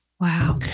Wow